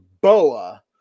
Boa